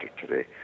today